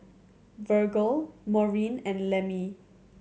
Virgle Maureen and Lemmie